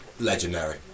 Legendary